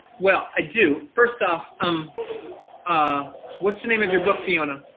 well, i do. first off, um ah what's the name of your book fiona?